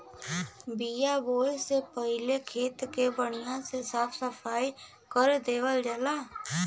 बिया बोये से पहिले खेत के बढ़िया से साफ सफाई कर देवल जाला